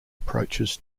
approaches